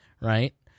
right